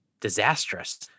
disastrous